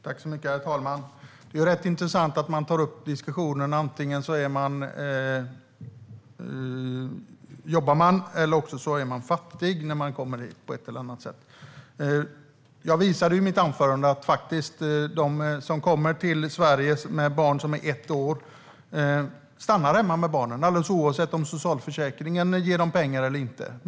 Herr talman! Det är rätt intressant att den här diskussionen tas upp. Antingen jobbar man, eller så är man fattig när man kommer hit. Jag visade i mitt anförande att de som kommer till Sverige med barn som är ett år stannar hemma med barnen, alldeles oavsett om socialförsäkringen ger dem pengar eller inte.